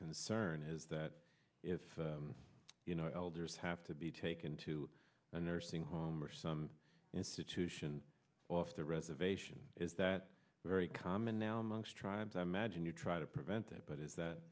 concern is that if you know elders have to be taken to a nursing home or some institution off the reservation is that very common now amongst tribes i imagine you try to prevent that but